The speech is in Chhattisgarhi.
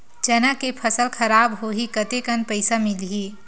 चना के फसल खराब होही कतेकन पईसा मिलही?